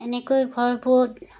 এনেকৈ ঘৰবোৰত